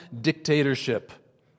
dictatorship